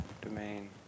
domain